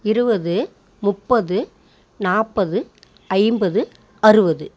இருபது முப்பது நாற்பது ஐம்பது அறுபது